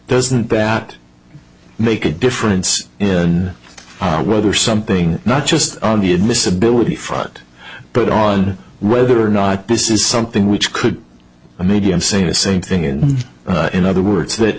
doesn't that make a difference in whether something not just on the admissibility front but on whether or not this is something which could maybe i'm saying the same thing and in other words that